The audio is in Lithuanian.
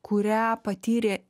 kurią patyrė